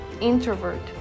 introvert